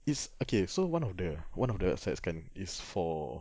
it's okay so one of the one of the websites kan is for